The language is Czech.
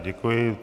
Děkuji.